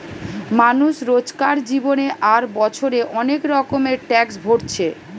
মানুষ রোজকার জীবনে আর বছরে অনেক রকমের ট্যাক্স ভোরছে